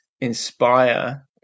inspire